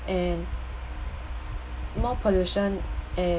and more pollution and